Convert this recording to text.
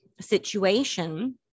situation